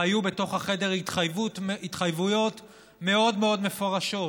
היו בחדר התחייבויות מאוד מאוד מפורשות,